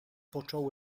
począł